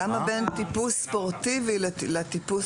למה לטיפוס ספורטיבי ולטיפוס